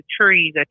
trees